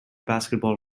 basketball